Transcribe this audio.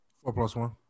four-plus-one